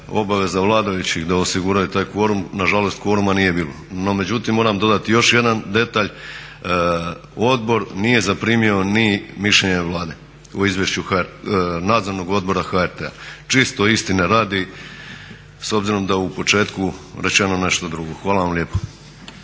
obaveza vladajućih da osiguraju taj kvorum, nažalost kvoruma nije bilo. No međutim, moram dodati još jedan detalj, odbor nije zaprimio ni mišljenje Vlade o Izvješću Nadzornog odbora HRT-a. Čisto istine radi s obzirom da je u početku rečeno nešto drugo. Hvala vam lijepo.